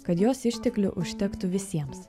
kad jos išteklių užtektų visiems